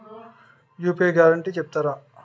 UPI guarantee చెప్తారా?